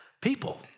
people